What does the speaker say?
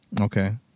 Okay